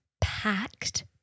packed